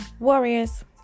warriors